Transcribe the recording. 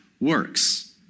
works